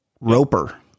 roper